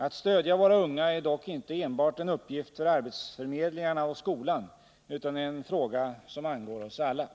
Att stödja våra unga är dock inte enbart en uppgift för arbetsförmedlingarna och skolan utan en fråga som angår oss alla.